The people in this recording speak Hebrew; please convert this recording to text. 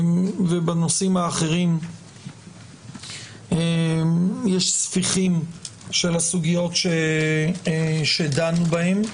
בנושאים האחרים יש ספיחים של הסוגיות שדנו בהן.